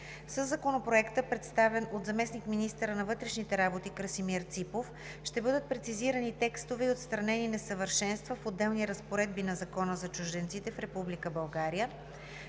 Със Законопроекта, представен от заместник-министъра на вътрешните работи Красимир Ципов, ще бъдат прецизирани текстове и отстранени несъвършенства в отделни разпоредби на Закона за чужденците в